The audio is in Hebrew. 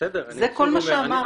זה כל מה שאמרתי.